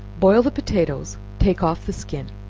boil the potatoes, take off the skin,